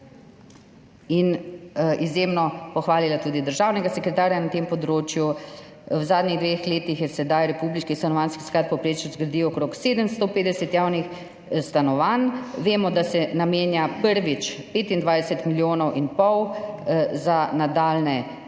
in izjemno pohvalili tudi državnega sekretarja na tem področju. V zadnjih dveh letih je republiški stanovanjski sklad v povprečju zgradil okrog 750 javnih stanovanj. Vemo, da se prvič namenja 25 milijonov in pol za nadaljnje gradnje